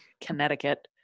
Connecticut